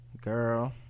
Girl